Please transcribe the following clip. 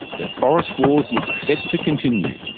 the forest wars look set to continue.